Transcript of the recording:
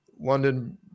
London